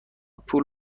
پول